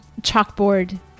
chalkboard